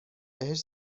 بهش